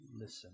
listen